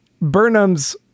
Burnham's